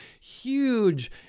huge